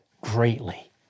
greatly